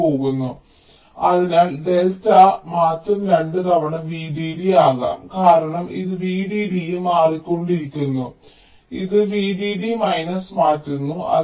ലേക്ക് പോകുന്നു അതിനാൽ ഡെൽറ്റ മാറ്റം രണ്ട് തവണ VDD ആകാം കാരണം ഇത് VDD ഉം മാറിക്കൊണ്ടിരിക്കുന്നു ഇത് VDD മൈനസ് മാറ്റുന്നു